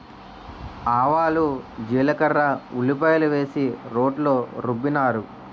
ఆవాలు జీలకర్ర ఉల్లిపాయలు వేసి రోట్లో రుబ్బినారు